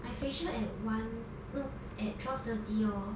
my facial at one no at twelve thirty hor